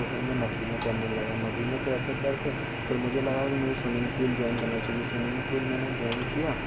तो फिर मैं नदी में तैरने लगा नदी में तैरते तैरते फिर मुझे लगा कि मुझे स्विमिंग पूल ज्वाइन करना चाहिए स्विमिंग पूल मैंने ज्वाइन किया